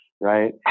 right